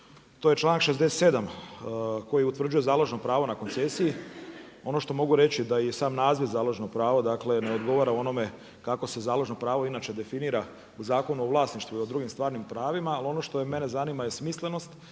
To je čl.67., koji utvrđuje založno pravo na koncesiji. Ono što mogu reći da i sam naziv založno pravo, dakle ne odgovara onome kako se založno pravo inače definira u Zakonu o vlasništvu i o drugim stvarnim pravima, ali ono što mene zanima je smislenost.